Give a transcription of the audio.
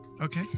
Okay